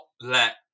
let